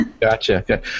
Gotcha